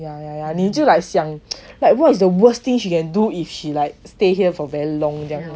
你就 like 想 like what is the worst thing she can do if she like stay here for very long right